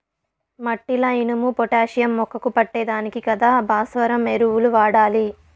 మట్టిల ఇనుము, పొటాషియం మొక్కకు పట్టే దానికి కదా భాస్వరం ఎరువులు వాడాలి